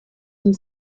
and